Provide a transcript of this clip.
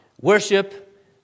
worship